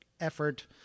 effort